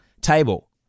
table